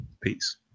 Peace